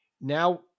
now